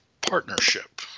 partnership